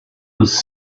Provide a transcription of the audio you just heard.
was